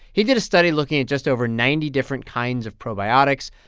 he did a study looking at just over ninety different kinds of probiotics.